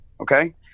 okay